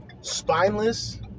spineless